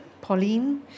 Pauline